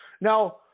Now